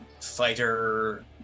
fighter